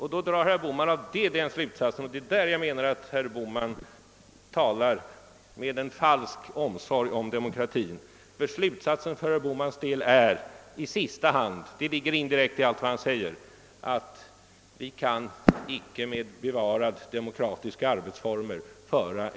Herr Bohman drar härav slutsatsen — och det är i det avseendet jag menar att herr Bohman talar med en falsk omsorg om demokratin — att vi med bevarade demokratiska arbetsformer icke kan föra en aktiv näringspolitik; detta ligger indirekt i allt vad herr Bohman säger.